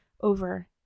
over